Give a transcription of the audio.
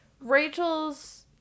Rachel's